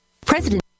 President